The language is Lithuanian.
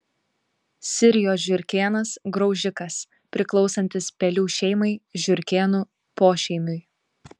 sirijos žiurkėnas graužikas priklausantis pelių šeimai žiurkėnų pošeimiui